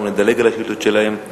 אנחנו נדלג על השאילתות שלהם: